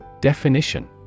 Definition